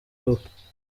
iwe